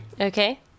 Okay